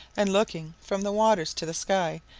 and looking from the waters to the sky,